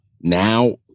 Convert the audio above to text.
now